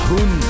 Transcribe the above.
Hun